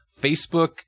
Facebook